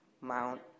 Mount